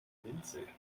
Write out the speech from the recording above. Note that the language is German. winzig